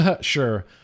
Sure